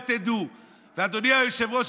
אדוני היושב-ראש,